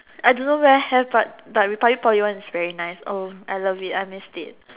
I don't know where have but but republic Poly one is very nice oh I love it I missed it